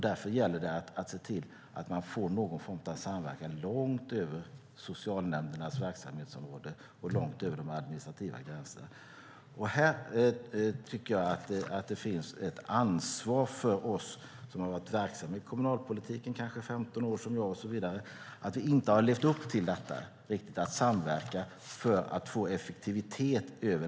Därför gäller det att se till att man får någon form av samverkan långt över socialnämndernas verksamhetsområde och långt över de administrativa gränserna. Här finns det ett ansvar för oss som varit aktiva kommunalpolitiken i kanske som jag femton år. Vi har inte riktigt levt upp till det ansvaret att samverka för att få effektivitet.